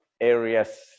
areas